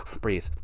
Breathe